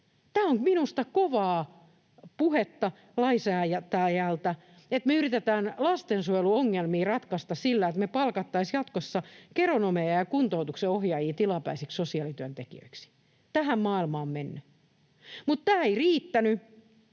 Tämä on minusta kovaa puhetta lainsäätäjältä, että me yritetään lastensuojelun ongelmia ratkaista sillä, että me palkattaisiin jatkossa geronomeja ja kuntoutuksen ohjaajia tilapäisiksi sosiaalityöntekijöiksi. Tähän maailma on mennyt. Mutta tämä ei riittänyt.